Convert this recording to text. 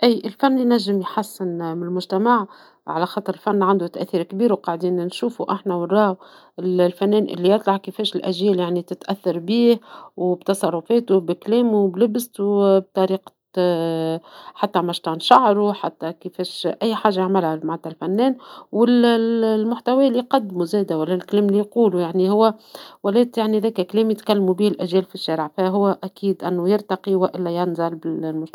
أى الفن ينجم يحسن من المجتمع على خاطر فن عندو تأثير كبير وقاعدين نشوفو أحنا وين راهو الفنان الي يطلع كيفاش الأجيال يعني تتأثر بيه وبتصرفاتو وبكلامو وبلبستو بطريقة حتى مشطان شعرو حتى كيفاش أي حاجة عملها معنتها الفنان وال-ال-المحتوى لي يقدمو زادة ولا الكلام لي نقولو يعني هو وليت يعني ذاتا كلام يتكلمو بيه الأجيال في الشارع فهو أكيد أنه يرتقي وإلا ينزل بالمجتمع.